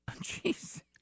Jesus